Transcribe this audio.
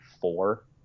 four